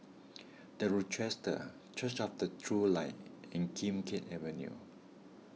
the Rochester Church of the True Light and Kim Keat Avenue